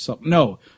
No